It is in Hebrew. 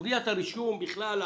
סוגיית הרישום בכלל,